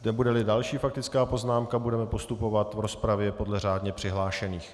Nebudeli další faktická poznámka, budeme postupovat v rozpravě podle řádně přihlášených.